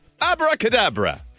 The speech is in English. Abracadabra